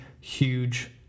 huge